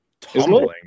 Tumbling